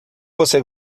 você